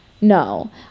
No